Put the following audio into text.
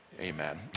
amen